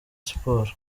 sports